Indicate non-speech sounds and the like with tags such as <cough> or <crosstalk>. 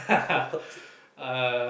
<laughs> what what